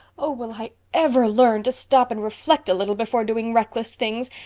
oh, will i ever learn to stop and reflect a little before doing reckless things?